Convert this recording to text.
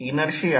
तर 0